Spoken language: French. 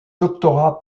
doctorat